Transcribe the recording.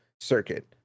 circuit